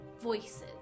voices